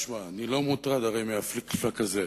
תשמע, הרי אני לא מוטרד מהפליק-פלאק הזה.